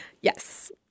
Yes